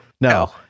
No